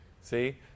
see